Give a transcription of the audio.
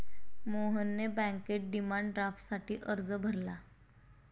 मोहनने बँकेत डिमांड ड्राफ्टसाठी अर्ज भरला